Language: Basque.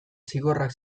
zigorrak